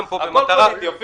הכול פוליטי.